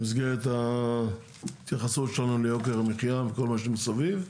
במסגרת ההתייחסות שלנו ליוקר המחיה וכל מה שמסביב.